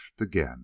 again